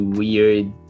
weird